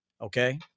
Okay